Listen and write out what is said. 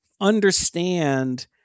Understand